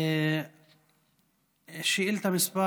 שאילתה מס'